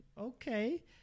okay